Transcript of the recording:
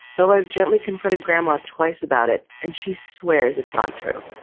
though i've gently confronted grandma twice about it and she swears it's not true.